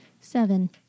Seven